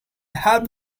have